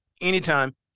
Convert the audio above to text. anytime